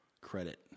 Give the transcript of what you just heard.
credit